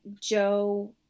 Joe